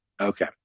Okay